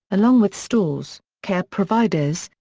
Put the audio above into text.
along with stores, care providers,